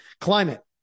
Climate